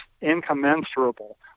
incommensurable